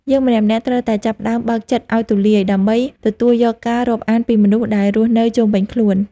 យើងម្នាក់ៗគួរតែចាប់ផ្ដើមបើកចិត្តឱ្យទូលាយ ដើម្បីទទួលយកការរាប់អានពីមនុស្សដែលរស់នៅជុំវិញខ្លួន។